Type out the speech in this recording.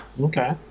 Okay